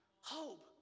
Hope